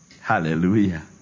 Hallelujah